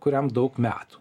kuriam daug metų